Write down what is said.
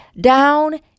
down